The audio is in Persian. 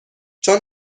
چون